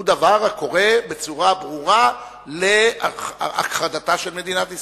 דבר הקורא בצורה ברורה להכחדתה של מדינת ישראל.